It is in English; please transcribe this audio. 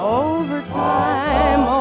overtime